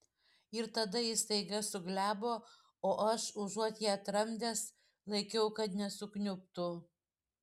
ir tada ji staiga suglebo o aš užuot ją tramdęs laikiau kad nesukniubtų